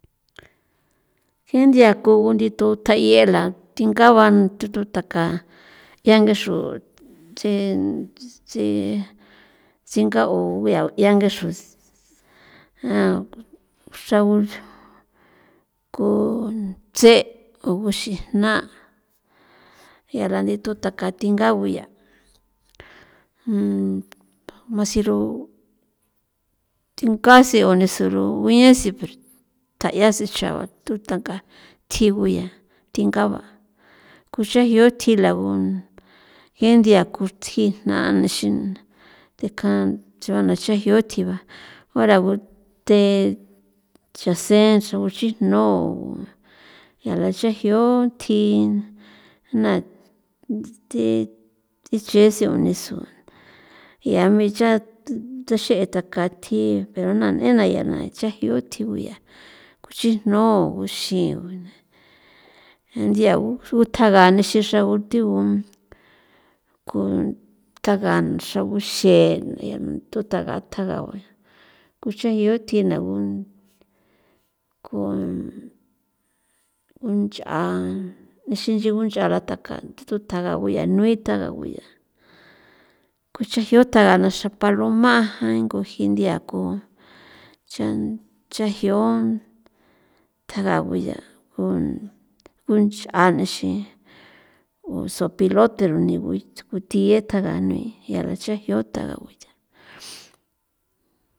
Ka nthia ku ku nditu tayela thinga ban nditun taka ya ngaxru tsi tsi tsinga u ya ngexru xra kutse o guxijna ya la ndithun taka tinga guya mas siru thingasi o sene sirus uini siper tayasi chaba tu taka thji guya tingaba kuxajio thji lagun ji ndia ku tsijna nixin tekjan nche jio tiba ora gute chaseen cha uchijno yala chejios thi na thi thiche sio nisu ya mecha thaxe' takathi pero na n'ena na ya chejio thji guya kuchijno guxin nthia' xrutaga ixin xra guti gu ku xraga xaguxe tu taga taga ba ya ku chejio tjina gu ku gunch'a nixin nchi gunch'a la taka tu taga buya nui taga buya ku chajio ta naxa paloma' jan nguji nthia ku chan chajion tjaga guya kun kunch'a nexi gu zopilote rune gu thiye tjaga nui ya la chejio taga gui.